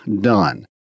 done